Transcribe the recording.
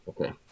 Okay